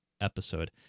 episode